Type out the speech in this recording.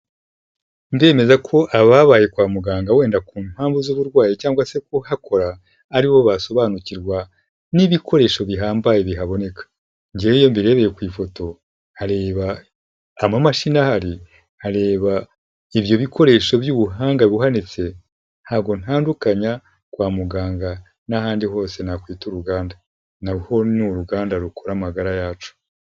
Ndemeza ko ababaye kwa muganga wenda ku mpamvu z'uburwayi cyangwa se kuhakora ari bo basobanukirwa n'ibikoresho bihambaye bihaboneka, njyewe iyo mbireye ku ifoto nkareba amamashini ahari, nkareba ibyo bikoresho by'ubuhanga buhanitse, ntabwo ntandukanya kwa muganga n'ahandi hose nakwita uruganda, naho ni uruganda rukora amagara yacu.